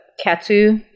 katsu